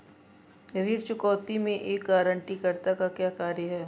ऋण चुकौती में एक गारंटीकर्ता का क्या कार्य है?